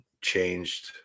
changed